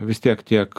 vis tiek tiek